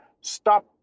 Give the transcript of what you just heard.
Stop